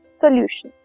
solution